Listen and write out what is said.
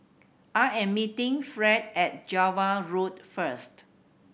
I am meeting Fred at Java Road first